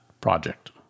project